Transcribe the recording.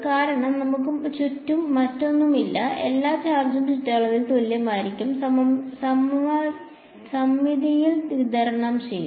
കാരണം ചുറ്റും മറ്റൊന്നും ഇല്ല എല്ലാ ചാർജും ചുറ്റളവിൽ തുല്യമായും സമമിതിയിലും വിതരണം ചെയ്യും